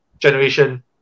generation